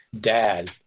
dad